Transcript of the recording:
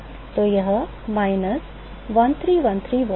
तो यह minus 1313 watt है